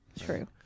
true